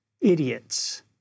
idiots